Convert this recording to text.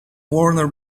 warner